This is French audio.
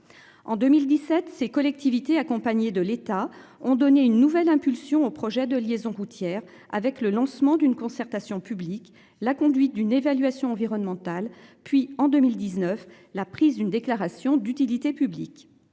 En 2017, ces collectivités accompagné de l'État ont donné une nouvelle impulsion au projet de liaison routière avec le lancement d'une concertation publique la conduite d'une évaluation environnementale, puis en 2019 la prise d'une déclaration d'utilité publique